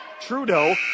Trudeau